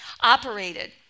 operated